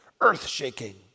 earth-shaking